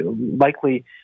likely